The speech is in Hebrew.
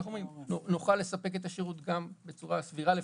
שנוכל לספק את השירות בצורה סבירה לפחות.